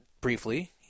briefly